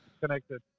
connected